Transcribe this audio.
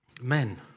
Men